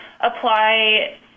apply